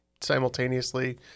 simultaneously